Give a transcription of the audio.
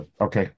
okay